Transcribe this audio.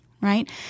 right